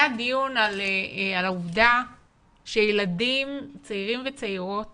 היה דיון על העובדה שילדים צעירים וצעירות